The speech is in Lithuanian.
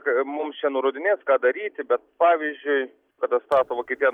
mums čia nurodinėt ką daryti bet pavyzdžiui kada stato vokietija